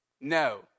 No